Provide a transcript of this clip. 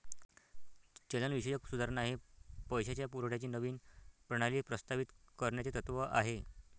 चलनविषयक सुधारणा हे पैशाच्या पुरवठ्याची नवीन प्रणाली प्रस्तावित करण्याचे तत्त्व आहे